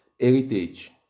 heritage